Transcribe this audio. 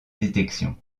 détection